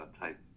type